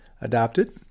adopted